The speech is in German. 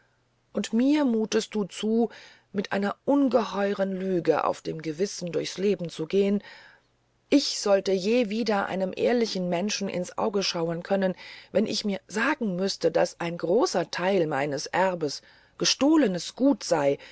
und mir mutest du zu mit einer ungeheuren lüge auf dem gewissen durchs leben zu gehen ich sollte je wieder einem ehrlichen menschen ins auge sehen können wenn ich mir sagen müßte daß ein großer teil meines erbes gestohlenes gut sei